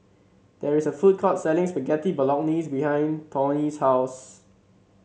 there is a food court selling Spaghetti Bolognese behind Toney's house